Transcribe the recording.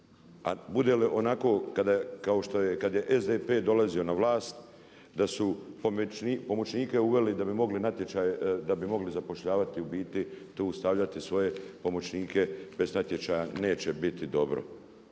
bude li onako kao što je, kada je SDP dolazio na vlast, da su pomoćnike uveli da bi mogli natječaj, da bi mogli zapošljavati u biti, tu stavljati svoje pomoćnike bez natječaja neće biti dobro.